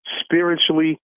spiritually